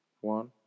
one